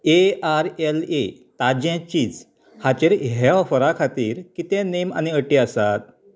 A R L A ताज्जे cheese हाचेर हे ऑफरा खातीर कितें नेम आनी अटी आसात